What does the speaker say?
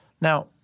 Now